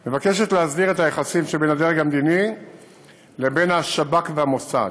ההצעה מבקשת להסדיר את היחסים שבין הדרג המדיני לבין השב"כ והמוסד.